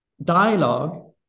Dialogue